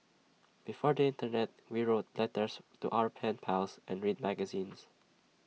before the Internet we wrote letters to our pen pals and read magazines